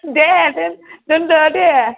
दे दोनदो दे